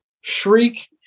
Shriek